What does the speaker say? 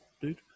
dude